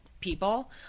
people